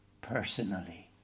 personally